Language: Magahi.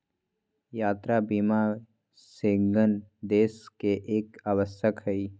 यात्रा बीमा शेंगेन देश ले एक आवश्यक हइ